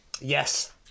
Yes